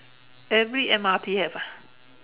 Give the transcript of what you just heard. every M_R_T have ah